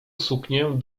suknię